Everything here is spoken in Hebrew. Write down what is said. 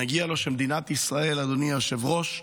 מגיע לו שמדינת ישראל, אדוני היושב-ראש,